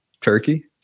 turkey